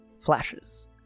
flashes